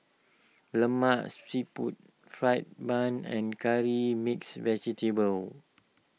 Lemak Siput Fried Bun and Curry Mixed Vegetable